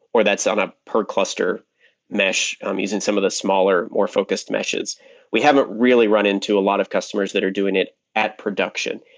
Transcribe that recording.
or that's on a per cluster mesh. i'm using some of the smaller, more focused meshes we haven't really run into a lot of customers that are doing it at production.